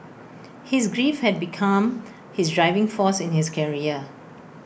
his grief had become his driving force in his career